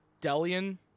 Delian